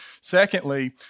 Secondly